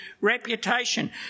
reputation